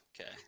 Okay